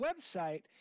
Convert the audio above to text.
website